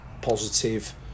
positive